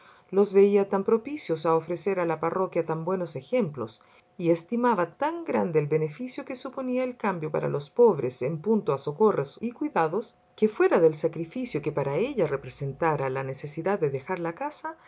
los veía tan propicios a ofrecer a la parroquia tan buenos ejemplos y estimaba tan grande el beneficio que suponía el cambio para los pobres en punto a socorros y cuidados que fuera del sacrificio que para ella representara la necesidad de dejar la casa